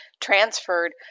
transferred